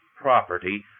property